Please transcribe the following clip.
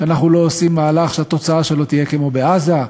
שאנחנו לא עושים מהלך שהתוצאה שלו תהיה כמו בעזה?